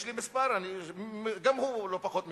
יש לי מספר, גם הוא לא פחות מקומם: